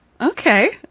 Okay